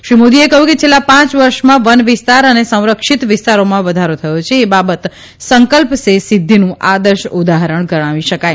શ્રી મોદીએ કહ્યું કે છેલ્લા પાંચ વર્ષમાં વન વિસ્તાર અને સંરક્ષીત વિસ્તારોમાં વધારો થયો છે એ બાબત સંકલ્પ સે સિદ્ધિનું આદર્શ ઉદાહરણ ગણાવી શકાય